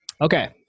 okay